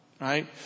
right